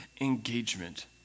engagement